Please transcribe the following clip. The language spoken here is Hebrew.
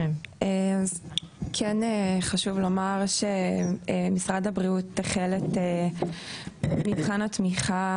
כן חשוב לומר שמשרד הבריאות החל את מבחן התמיכה